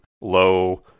low